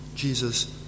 Jesus